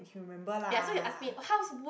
he'll remember lah